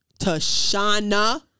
Tashana